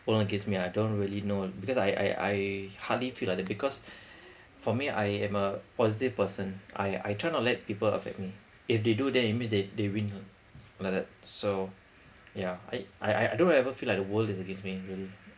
world against me I don't really know because I I I hardly feel like that because for me I am a positive person I I try not to let people affect me if they do then it means they they win lah like that so yeah I I I don't ever feel like the world is against me really